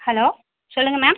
hello சொல்லுங்கள் ma'am